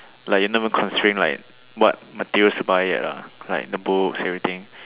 like you never constraint like what materials to buy yet ah like the books everything